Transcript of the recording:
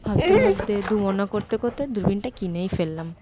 ভাবতে ভাবতে দোমনা করতে করতে দূরবীনটা কিনেই ফেললাম